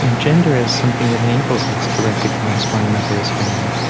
and gender is something that enables us to recognize one another as human.